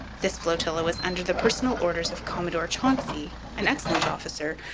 this flotilla was under the personal orders of commodore chauncey, an excellent officer,